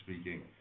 speaking